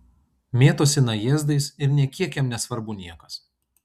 mėtosi najėzdais ir nė kiek jam nesvarbu niekas